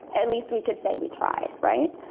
at least we could say we tried, right?